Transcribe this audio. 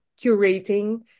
curating